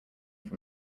from